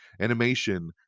Animation